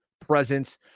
presence